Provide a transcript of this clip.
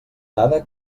dada